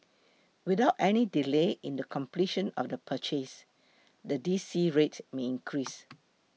without any delay in the completion of the purchase the D C rate may increase